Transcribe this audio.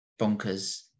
bonkers